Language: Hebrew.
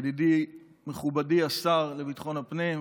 ידידי מכובדי השר לביטחון הפנים,